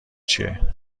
چیه